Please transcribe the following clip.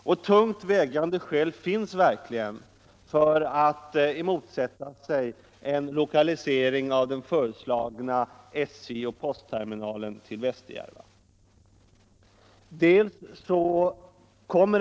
Och tungt vägande skäl finns verkligen för att motsätta sig en lokalisering av den föreslagna SJ och postterminalen till Västerjärva.